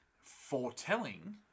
Foretelling